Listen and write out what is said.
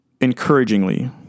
encouragingly